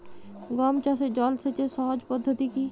গম চাষে জল সেচের সহজ পদ্ধতি কি?